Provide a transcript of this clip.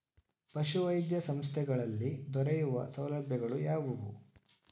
ಪಶುವೈದ್ಯ ಸಂಸ್ಥೆಗಳಲ್ಲಿ ದೊರೆಯುವ ಸೌಲಭ್ಯಗಳು ಯಾವುವು?